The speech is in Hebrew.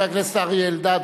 חבר הכנסת אריה אלדד,